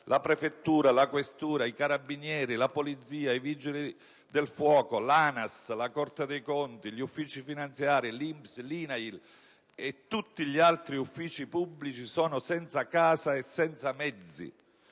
la prefettura, la questura, i Carabinieri, la Polizia, i Vigili del fuoco, l'ANAS, la Corte dei conti, gli uffici finanziari, l'INPS, l'INAIL e tutti gli altri uffici pubblici sono senza casa e senza mezzi,